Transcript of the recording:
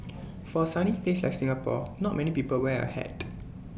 for A sunny place like Singapore not many people wear A hat